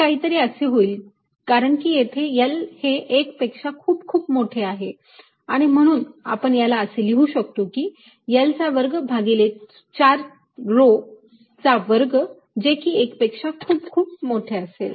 हे काहितरी असे होईल कारण की येथे L हे 1 पेक्षा खूप खूप मोठे आहे म्हणून मी याला असे लिहू शकतो की L चा वर्ग भागिले 4 rho चा वर्ग जे की 1 पेक्षा खूप खूप मोठे असेल